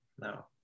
no